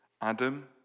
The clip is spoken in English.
Adam